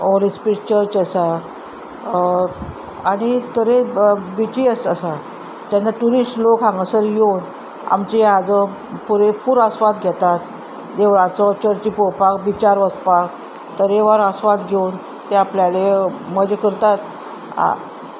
Holi Spirit Church आसा आनी तरे बिचीस आसा तेन्ना ट्युरिस्ट लोक हांगासर येवन आमची हाचो पुरेपूर आस्वाद घेतात देवळाचो चर्ची पळोवपाक बिचार वचपाक तरेवार आस्वाद घेवन ते आपल्याले मजा करतात